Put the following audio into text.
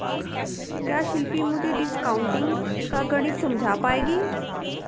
क्या शिल्पी मुझे डिस्काउंटिंग का गणित समझा पाएगी?